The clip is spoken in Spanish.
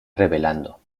revelando